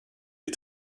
des